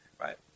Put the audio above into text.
right